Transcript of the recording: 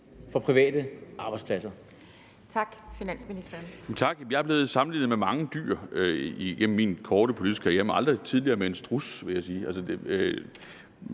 for private arbejdspladser?